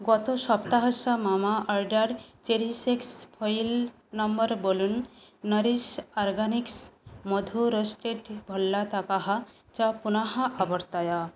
गतसप्ताहस्य मम अर्डर् चेरिसेक्स् फोयिल् नम्बर् बोलुन् नरिस् अर्गानिक्स् मधु रोस्टेड् भोल्लतकः च पुनः अवर्तय